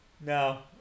no